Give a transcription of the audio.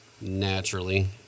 Naturally